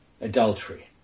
adultery